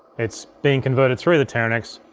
it's being converted through the teranex.